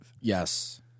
Yes